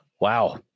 Wow